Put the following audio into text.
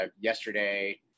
yesterday